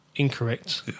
incorrect